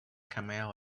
cameo